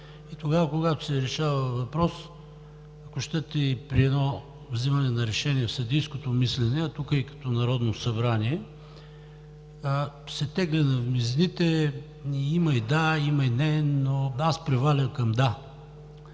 но тогава, когато се решава въпрос, ако щете и при едно вземане на решение в съдийското мислене, а тук и като Народно събрание, се тегли на везните – има и „да“, има и „не“. Но аз превалям към „да“.